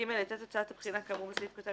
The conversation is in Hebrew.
(ג)הייתה תוצאת הבחינה כאמור בסעיף קטן